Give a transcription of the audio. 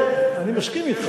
אני מסכים אתך.